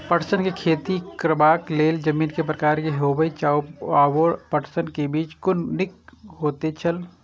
पटसन के खेती करबाक लेल जमीन के प्रकार की होबेय चाही आओर पटसन के बीज कुन निक होऐत छल?